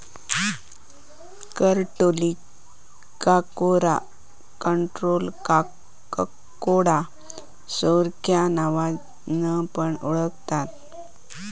करटोलीक काकोरा, कंटॉला, ककोडा सार्ख्या नावान पण ओळाखतत